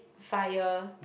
fire